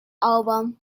album